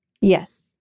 Yes